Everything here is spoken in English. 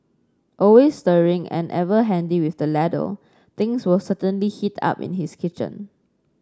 always stirring and ever handy with the ladle things will certainly heat up in his kitchen